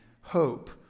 hope